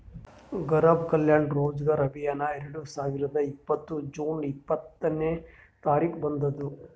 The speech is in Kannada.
ಗರಿಬ್ ಕಲ್ಯಾಣ ರೋಜಗಾರ್ ಅಭಿಯಾನ್ ಎರಡು ಸಾವಿರದ ಇಪ್ಪತ್ತ್ ಜೂನ್ ಇಪ್ಪತ್ನೆ ತಾರಿಕ್ಗ ಬಂದುದ್